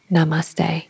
Namaste